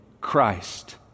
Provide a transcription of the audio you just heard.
Christ